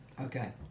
Okay